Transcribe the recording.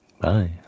Bye